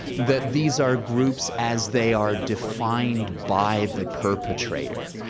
that these are groups as they are defined by the perpetrator.